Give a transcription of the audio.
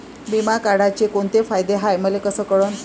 बिमा काढाचे कोंते फायदे हाय मले कस कळन?